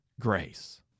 grace